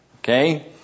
Okay